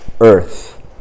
earth